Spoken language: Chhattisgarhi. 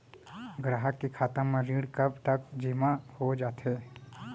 ग्राहक के खाता म ऋण कब तक जेमा हो जाथे?